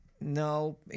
No